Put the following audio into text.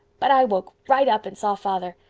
but i woke right up and saw father.